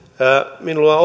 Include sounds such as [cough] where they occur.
minulla on [unintelligible]